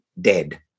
dead